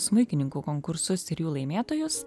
smuikininkų konkursus ir jų laimėtojus